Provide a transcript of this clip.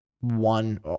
one